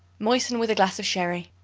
moisten with a glass of sherry.